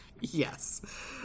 yes